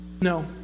No